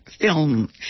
film